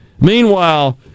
Meanwhile